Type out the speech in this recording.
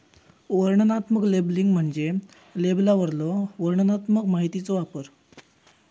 वर्णनात्मक लेबलिंग म्हणजे लेबलवरलो वर्णनात्मक माहितीचो वापर